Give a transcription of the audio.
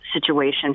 situation